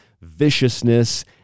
viciousness